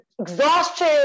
exhaustion